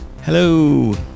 Hello